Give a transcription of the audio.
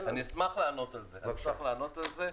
אני אשמח לענות על זה.